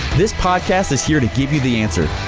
this podcast is here to give you the answer.